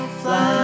fly